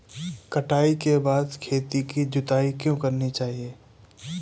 कटाई के बाद खेत की जुताई क्यो करनी चाहिए?